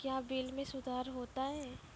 क्या बिल मे सुधार होता हैं?